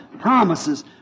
promises